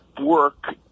work